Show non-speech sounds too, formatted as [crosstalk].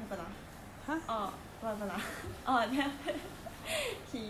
orh what happen uh [laughs] oh then after that [laughs] he